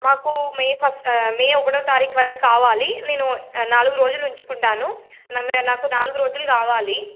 మాకు May first మే ఒకటవ తారీఖు వరకు కావాలి నేను నాలుగు రోజులు ఉంచుకుంటాను నాకు నాలుగు రోజులు కావాలి